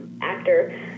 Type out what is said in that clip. actor